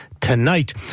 tonight